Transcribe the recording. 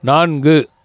நான்கு